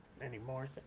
anymore